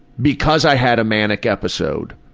because i had a manic episode,